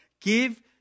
Give